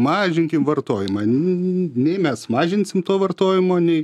mažinkim vartojimą nei mes mažinsim to vartojimo nei